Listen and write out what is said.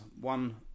One